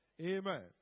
Amen